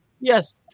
Yes